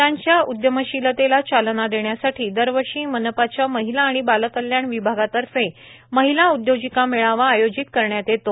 महिलांच्या उद्यमशीलतेला चालना देण्यासाठी दरवर्षी मनपाच्या महिला आणि बालकल्याण विभागातर्फे महिला उद्योजिका मेळावा आयोजित करण्यात येतो